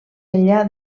enllà